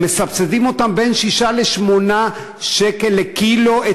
הם מסבסדים אותם בין 6 ל-8 שקל לקילו,